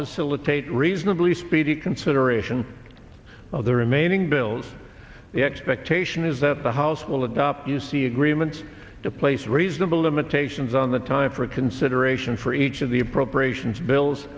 facilitate reasonably speedy consideration of the remaining bills the expectation is that the house will adopt you see agreements to place reasonable limitations on the time for consideration for each of the appropriations bills